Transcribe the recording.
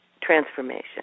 transformation